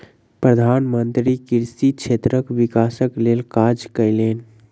प्रधान मंत्री कृषि क्षेत्रक विकासक लेल काज कयलैन